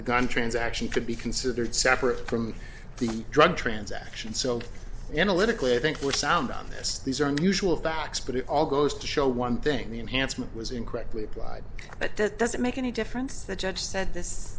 the gun transaction could be considered separate from the drug transaction so analytically i think we're sound on this these are unusual facts but it all goes to show one thing the enhancement was incorrectly applied but that doesn't make any difference the judge said this